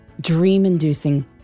dream-inducing